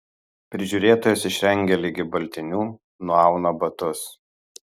prižiūrėtojas išrengia ligi baltinių nuauna batus